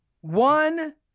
One